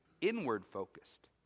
inward-focused